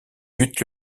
but